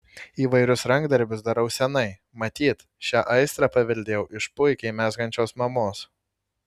įvairius rankdarbius darau seniai matyt šią aistrą paveldėjau iš puikiai mezgančios mamos